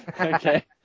okay